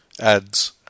ads